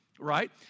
Right